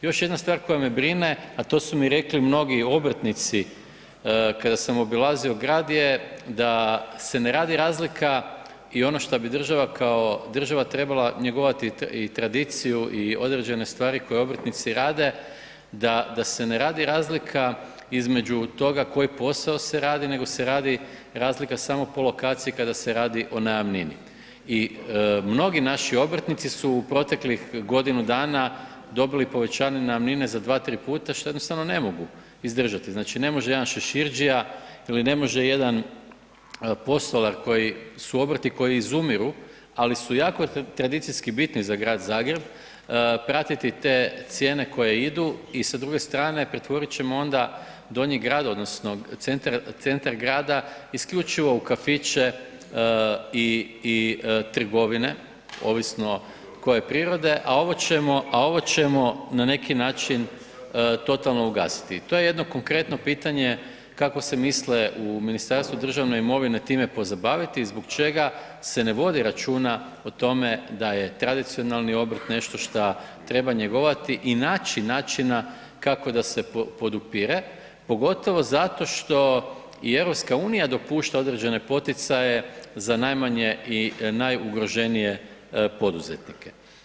Još jedna stvar koja me brine, a to su mi rekli mnogi obrtnici kada sam obilazio grad je da se ne radi razlika i ono što bi država kao država trebala njegovati i tradiciju i određene stvari koje obrtnici rade, da se ne radi razlika između toga koji posao se radi nego se radi razlika samo po lokaciji kada se radi o najamnini i mnogi naši obrtnici su u proteklih godinu dana dobili povećanje najamnine za 2, 3 puta što jednostavno ne mogu izdržati, znači ne može jedan šeširdžija ili ne može jedan postolar koji su obrti, koji izumiru, ali su jako tradicijski bitni za grad Zagreb, pratiti te cijene koje idu i sa druge strane, pretvorit ćemo onda Donji grad, odnosno centar grada isključivo u kafiće i trgovine, ovisno koje je prirode, a ovo ćemo na neki način totalno ugasiti i to je jedno konkretno pitanje kako se misle u Ministarstvu državne imovine time pozabaviti i zbog čega se ne vodi računa o tome da je tradicionalni obrt nešto što treba njegovati i naći načina kako da se podupire, pogotovo zato što i EU dopušta određene poticaje za najmanje i najugroženije poduzetnike.